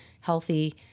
healthy